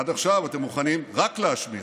עד עכשיו אתם מוכנים רק להשמיע.